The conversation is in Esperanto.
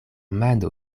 mano